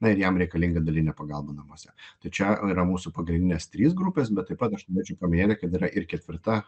na ir jam reikalinga dalinė pagalba namuose tai čia yra mūsų pagrindinės trys grupės bet taip pat aš norėčiau paminėti kad yra ir ketvirta